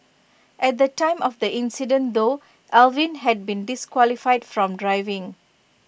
at the time of the incident though Alvin had been disqualified from driving